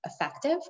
effective